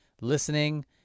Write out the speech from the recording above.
listening